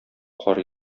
кар